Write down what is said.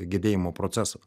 gedėjimo proceso